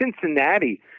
Cincinnati